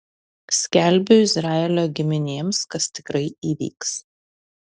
skelbiu izraelio giminėms kas tikrai įvyks